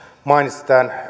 mainitsi